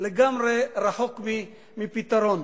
רחוק מפתרון.